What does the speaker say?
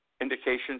indications